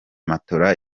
matora